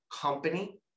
company